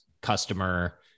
customer